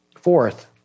Fourth